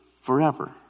forever